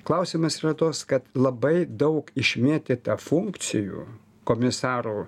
klausimas yra tos kad labai daug išmėtyta funkcijų komisarų